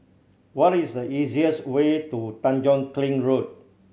what is the easiest way to Tanjong Kling Road